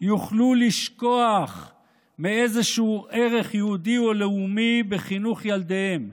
יוכלו לשכוח מאיזשהו ערך יהודי או לאומי בחינוך ילדיהם,